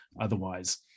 otherwise